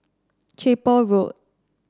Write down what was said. Chapel Road